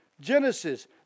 Genesis